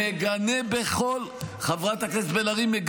מגנה בכל תוקף.